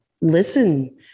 listen